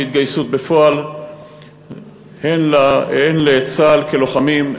בהתגייסות בפועל הן לצה"ל כלוחמים,